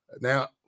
Now